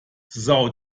são